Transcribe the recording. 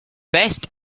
best